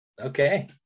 okay